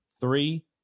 three